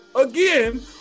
again